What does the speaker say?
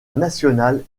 nationales